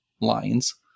lines